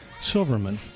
Silverman